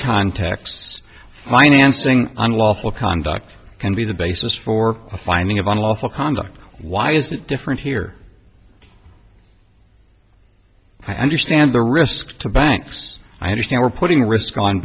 contexts financing unlawful conduct can be the basis for a finding of unlawful conduct why is it different here i understand the risk to banks i understand we're putting risk on